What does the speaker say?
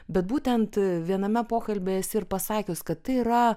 bet būtent viename pokalbyje esi ir pasakius kad tai yra